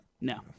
No